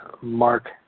Mark